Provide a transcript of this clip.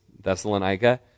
thessalonica